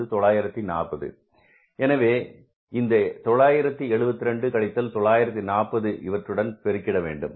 அது 940 எனவே இந்த 972 கழித்தல் 940 இவற்றுடன் பெருகிட வேண்டும்